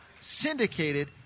syndicated